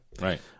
Right